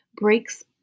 Breaks